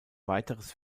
weiteres